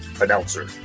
Announcer